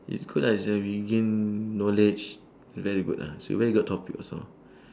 is good lah is like we gain knowledge very good ah it's a very good topic also